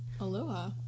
Aloha